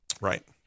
Right